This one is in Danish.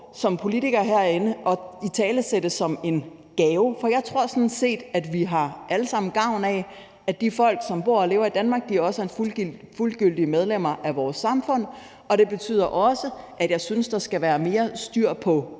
som politiker skal gå herinde og italesætte som en gave, for jeg tror sådan set, at vi alle sammen har gavn af, at de folk, som bor og lever i Danmark, også er fuldgyldige medlemmer af vores samfund. Det betyder også, at jeg synes, der skal være mere styr på